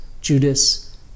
Judas